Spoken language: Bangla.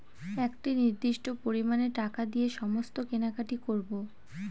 একটি নির্দিষ্ট পরিমানে টাকা দিয়ে সমস্ত কেনাকাটি করবো